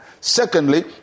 Secondly